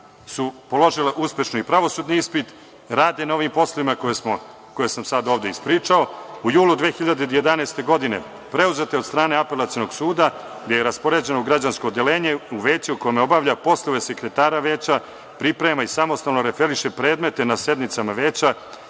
su položila uspešno i pravosudni ispit, rade na ovim poslovima koje sam sada ovde ispričao. U julu 2011. godine preuzeta od strane Apelacionog suda, gde je raspoređena građansko odeljenje u veću u kome obavlja poslove sekretara veća, priprema i samostalno referiše predmete na sednicama veća